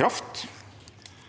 kraft.